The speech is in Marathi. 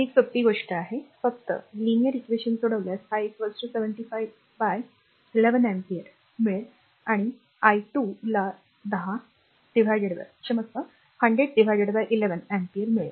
ही एक सोपी गोष्ट आहे फक्त 2 रेषीय समीकरणे सोडवल्यास i 75 बाय 11 अँपिअर मिळेल आणि आय 2 ला 10 क्षमस्व 10011 अँपिअर मिळेल